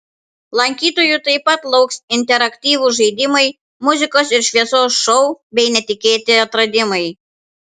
lankytojų taip pat lauks interaktyvūs žaidimai muzikos ir šviesos šou bei netikėti atradimai